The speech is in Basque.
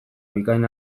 bikain